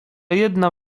jedna